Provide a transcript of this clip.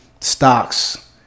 stocks